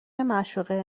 معشوقه